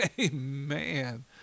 Amen